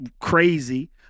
crazy